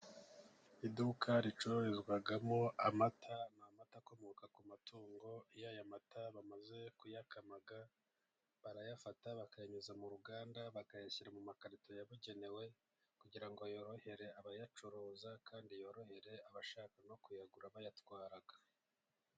Iduka ricururizwamo amata, amata akomoka ku matungo. Iyo aya mata bamaze kuyakama barayafata bakayanyuza mu ruganda bakayashyira mu makarito yabugenewe, kugira ngo yorohere abayacuruza kandi yorohere abashaka no kuyagura bayatwara.